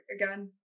again